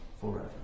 forever